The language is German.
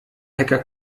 hacker